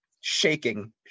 shaking